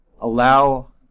allow